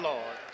Lord